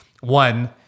one